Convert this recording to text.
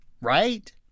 right